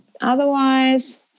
otherwise